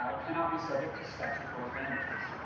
um cannot be subject to statutory damages.